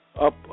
up